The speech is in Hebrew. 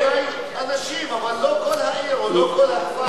אולי אנשים, אבל לא כל העיר או לא כל הכפר.